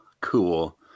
cool